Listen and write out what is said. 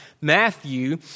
Matthew